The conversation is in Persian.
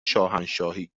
شاهنشاهی